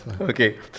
okay